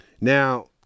Now